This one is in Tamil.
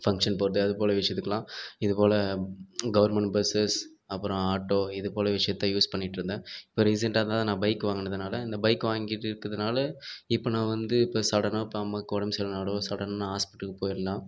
ஃபங்க்ஷன் போகிறது அதுபோல் விஷயத்துக்குலாம் இதுபோல் கவர்மண்ட் பஸ்ஸஸ் அப்புறம் ஆட்டோ இதுபோல விஷயத்த யூஸ் பண்ணிகிட்ருந்தேன் இப்போ ரீசென்டாக தான் நான் பைக் வாங்கினதுனால இந்த பைக்கை வாங்கிட்டு இருக்கிதுனால இப்போ நான் வந்து இப்போ சடனாக இப்போ அம்மாக்கு உடம்பு சரியில்லைனாலோ சடனாக ஹாஸ்ப்பிட்டலுக்கு போயிடலாம்